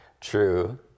True